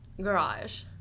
garage